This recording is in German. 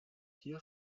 hier